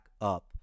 up